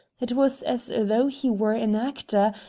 it was as though he were an actor,